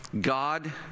God